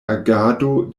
agado